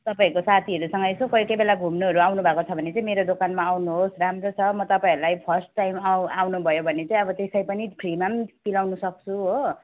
तपाईँहरूको साथीहरूसँग यसो कोही कोही बेला घुम्नुहरू आउनु भएको छ भने चाहिँ मेरो दोकानमा आउनुहोस् राम्रो छ म तपाईँहरूलाई फर्स्ट टाइम आउ आउनु भयो भने चाहिँ अब त्यसै पनि फ्रीमा पनि पिलाउन सक्छु हो